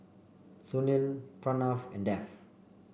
Sunil Pranav and Dev